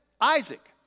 Isaac